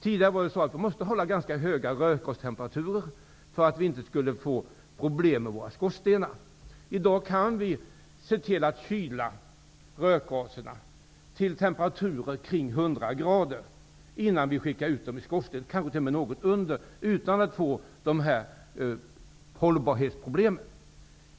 Tidigare måste rökgastemperaturerna hållas ganska höga för att det inte skulle bli problem med skorstenarna. I dag kan rökgaserna kylas till temperaturer kring 100 grader -- kanske t.o.m. till något under 100 grader -- innan de går ut genom skorstenarna, utan att det uppstår några hållbarighetsproblem.